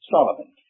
Solomon